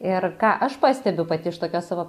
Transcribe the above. ir ką aš pastebiu pati iš tokios savo